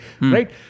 Right